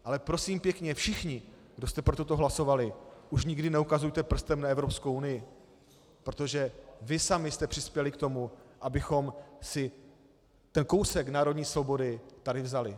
Ale prosím pěkně všichni, kdo jste pro toto hlasovali, už nikdy neukazujte prstem na Evropskou unii, protože vy sami jste přispěli k tomu, abychom si ten kousek národní svobody tady vzali.